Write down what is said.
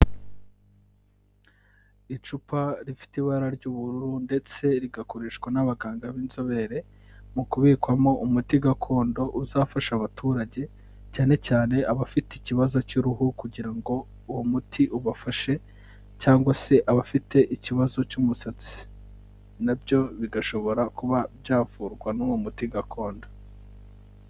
Icupa rifite ibara ry'ubururu ndetse rigakoreshwa n'abaganga b'inzobere, mu kubikwamo umuti gakondo uzafasha abaturage, cyane cyane abafite ikibazo cy'uruhu kugira ngo uwo muti ubafashe, cyangwa se abafite ikibazo cy'umusatsi Na byo bigashobora kuba byavurwa n'uwo muti gakondo.